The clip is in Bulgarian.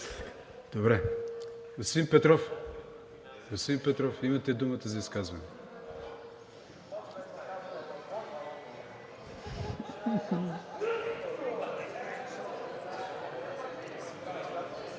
Добре. Господин Петров, имате думата за изказване.